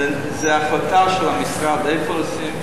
זו החלטה של המשרד איפה להוסיף,